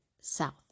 south